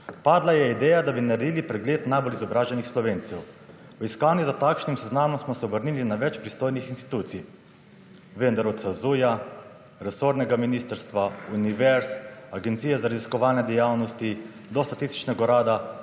»Padla je ideja, da bi naredili pregled najbolj izobraženih Slovencev. V iskanju za takšnim seznamom smo se obrnili na več pristojnih institucij, vendar od SAZU-ja, resornega ministrstva, univerz, Agencije za raziskovalne dejavnosti do Statističnega urada